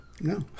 No